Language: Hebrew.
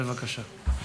בבקשה.